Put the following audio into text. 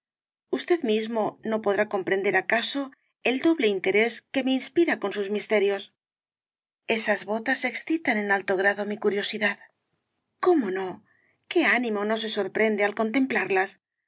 usted mismo no podrá comprender acaso el doble interés que me inspira con sus misterios esas botas excitan eja alto grado mi curiosidad cómo no qué ánimo no se sorprende al contemplarlas